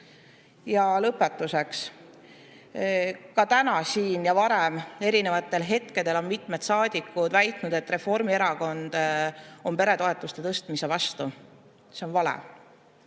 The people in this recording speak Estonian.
Lõpetuseks. Ka täna siin ja varem erinevatel hetkedel on mitmed saadikud väitnud, et Reformierakond on peretoetuste tõstmise vastu. See on vale.